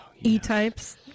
E-types